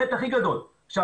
עכשיו,